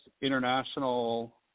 international